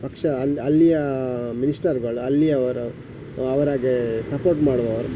ಪಕ್ಷ ಅಲ್ಲಿ ಅಲ್ಲಿಯ ಮಿನಿಸ್ಟರ್ಗಳು ಅಲ್ಲಿಯವರ ಅವರಿಗೆ ಸಪೋರ್ಟ್ ಮಾಡುವವರು